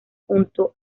junto